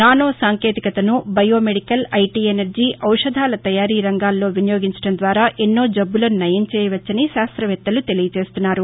nano సాంకేతికతను bio medical IT energy ఔషధాల తయారీ రంగాలలో వినియోగించడం ద్వారా ఎన్నో జబ్బులను నయం చేయవచ్చని శాస్త్రవేత్తలు తెలియజేస్తున్నారు